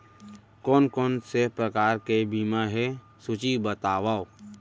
कोन कोन से प्रकार के बीमा हे सूची बतावव?